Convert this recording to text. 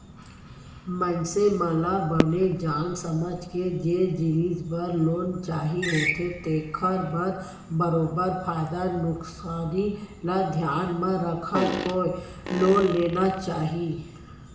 मनसे मन ल बने जान समझ के जेन जिनिस बर लोन चाही होथे तेखर बर बरोबर फायदा नुकसानी ल धियान म रखत होय लोन लेना चाही